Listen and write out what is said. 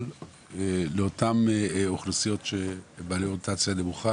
אבל לאותן אוכלוסיות שבעלי אוריינטציה נמוכה